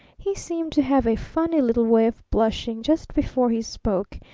he seemed to have a funny little way of blushing just before he spoke,